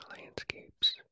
landscapes